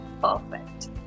Perfect